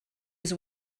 his